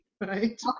right